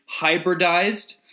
hybridized